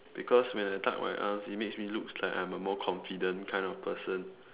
because when I tuck my arms it makes me looks like I'm a more confident kind of person